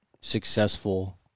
successful